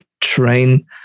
train